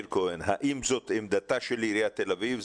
האם זאת עמדתה של עיריית תל אביב,